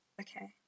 Okay